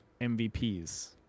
MVPs